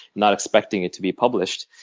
not expecting it to be published.